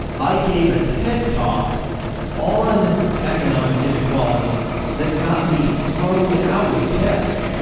i gave a ted talk on economic inequality that got me thrown out of ted.